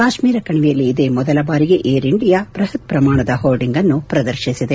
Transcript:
ಕಾಶ್ಮೀರ ಕಣಿವೆಯಲ್ಲಿ ಇದೇ ಮೊದಲ ಬಾರಿಗೆ ಏರ್ ಇಂಡಿಯಾ ಬೃಹತ್ ಪ್ರಮಾಣದ ಹೋರ್ಡಿಂಗ್ನ್ನು ಪ್ರದರ್ಶಿಸಿದೆ